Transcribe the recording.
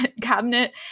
cabinet